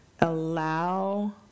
Allow